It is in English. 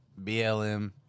BLM